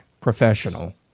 professional